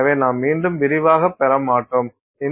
எனவே நாம் மீண்டும் விரிவாகப் பெற மாட்டோம் என்